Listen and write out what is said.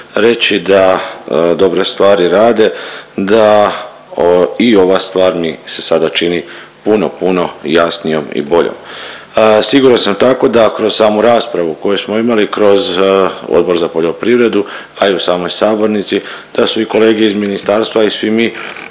reći da dobre stvari rade, da i ova stvar mi se sada čini puno puno jasnijom i boljom. Siguran sam tako da kroz samu raspravu koju smo imali kroz Odbor za poljoprivredu, a i u samoj sabornici da su i kolege iz ministarstva, a i svi mi